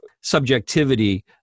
subjectivity